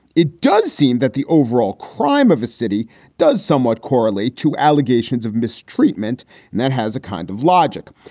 it does seem that the overall crime of a city does somewhat correlate to allegations of mistreatment. and that has a kind of logic.